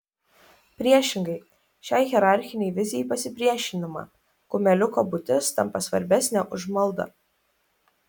priešingai šiai hierarchinei vizijai pasipriešinama kumeliuko būtis tampa svarbesnė už maldą